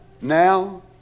now